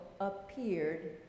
appeared